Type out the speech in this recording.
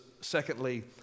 secondly